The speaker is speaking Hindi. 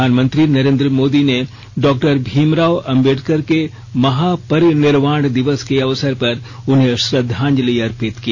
प्रधानमंत्री नरेन्द्र मोदी ने डॉक्टर भीमराव अम्बेडकर के महापरिनिर्वाण दिवस के अवंसर पर उन्हें श्रद्वांजलि अर्पित की